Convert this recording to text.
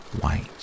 white